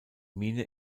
mine